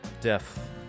death